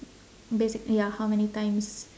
basic~ ya how many times